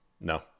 No